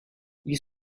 ils